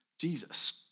Jesus